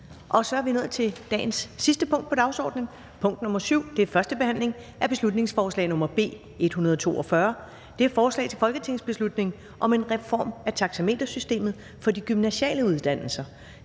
Det er vedtaget. --- Det sidste punkt på dagsordenen er: 7) 1. behandling af beslutningsforslag nr. B 142: Forslag til folketingsbeslutning om en reform af taxametersystemet for de gymnasiale uddannelser.